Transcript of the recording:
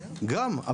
גם.